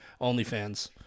OnlyFans